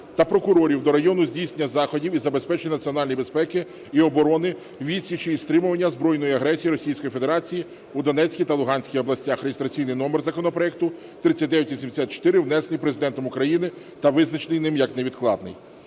та прокурорів до району здійснення заходів із забезпечення національної безпеки і оборони, відсічі і стримування збройної агресії Російської Федерації у Донецькій та Луганській областях (реєстраційний номер законопроекту 3984), внесений Президентом України та визначений ним як невідкладний.